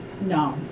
no